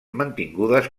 mantingudes